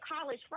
college